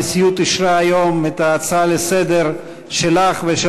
הנשיאות אישרה היום את ההצעה לסדר-היום שלך ושל